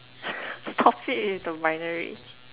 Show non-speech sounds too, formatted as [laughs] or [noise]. [laughs] stop it with the binary